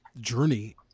journey